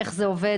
איך זה עובד,